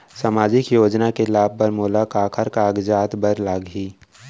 सामाजिक योजना के लाभ बर मोला काखर कागजात बर लागही?